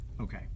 Okay